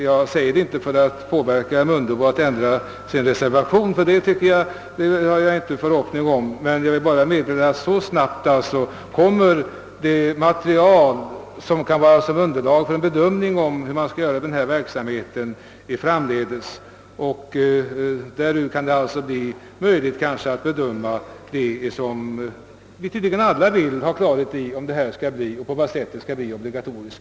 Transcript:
Jag säger inte detta för att påverka herr Mundebo till att ändra sin reservation; det har jag inga förhoppningar om. Men jag vill bara meddela hur snabbt det material kommer fram som blir underlag för en bedömning av hur den här verksamheten framdeles skall utformas och om den skall bli obligatorisk.